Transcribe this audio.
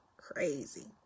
Crazy